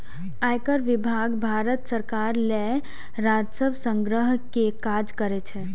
आयकर विभाग भारत सरकार लेल राजस्व संग्रह के काज करै छै